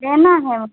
लेना है